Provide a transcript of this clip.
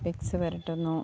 Vicks പുരട്ടുന്നു